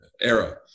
era